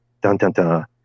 dun-dun-dun